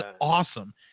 awesome